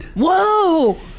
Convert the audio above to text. Whoa